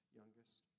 youngest